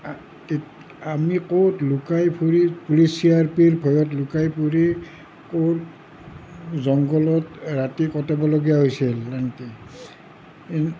আমি ক'ত লুকাই ফুৰোঁ পুলিচ চি আৰ পিৰ ভয়ত লুকাই ফুৰোঁ ক'ত জংগলত ৰাতি কটাবলগীয়া হৈছিল